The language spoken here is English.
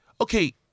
Okay